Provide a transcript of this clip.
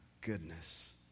goodness